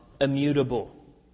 immutable